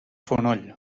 fonoll